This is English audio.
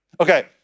Okay